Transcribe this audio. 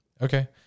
Okay